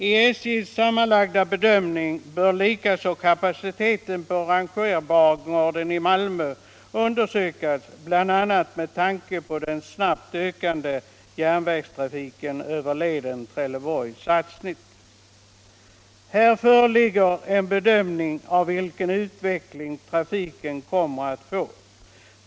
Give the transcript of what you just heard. I SJ:s samlade bedömning bör likaså kapaciteten på rangerbangården i Malmö undersökas, bl.a. med tanke på den snabbt ökande järnvägsfärjetrafiken på leden Trelleborg-Sassnitz. Här föreligger en bedömning av vilken utveckling trafiken kommer att få.